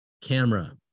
camera